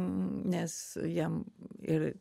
nes jiem ir